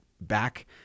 back